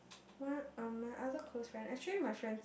one of my other close friend actually my friend